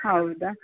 ಹೌದಾ